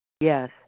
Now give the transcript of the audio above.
Yes